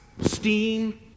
steam